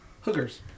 hookers